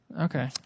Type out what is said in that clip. Okay